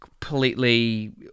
completely